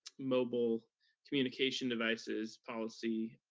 mobile communication devices policy.